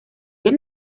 ien